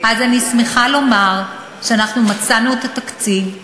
אז אני שמחה לומר שמצאנו את התקציב,